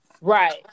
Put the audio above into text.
Right